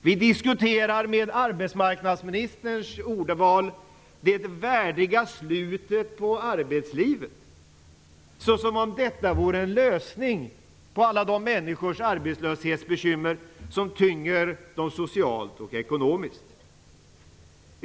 Vi diskuterar det värdiga slutet på arbetslivet, med arbetsmarknadsministerns ordval. Som om detta vore en lösning på alla arbetslöshetsbekymmer som tynger människor socialt och ekonomiskt!